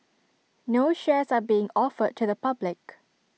no shares are being offered to the public